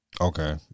Okay